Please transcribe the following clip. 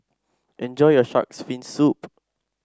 enjoy your shark's fin soup